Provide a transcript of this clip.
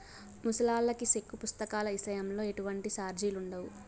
ముసలాల్లకి సెక్కు పుస్తకాల ఇసయంలో ఎటువంటి సార్జిలుండవు